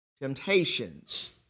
temptations